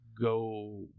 go